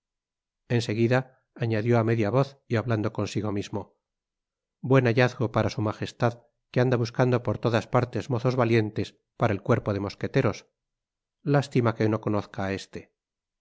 seguida añadió á media voz y hablando consigo mismo buen hallazgo para su magestad que anda buscando por todas partes mozos valientes para el cuerpo de mosqueteros lastima que no conozca á éste